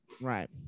right